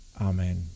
amen